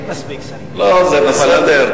לא, זה בסדר.